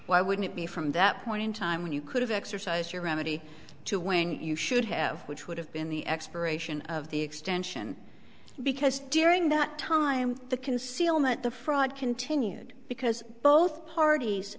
why wouldn't it be from that point in time when you could have exercised your remedy to when you should have which would have been the expiration of the extension because during that time the concealment the fraud continued because both parties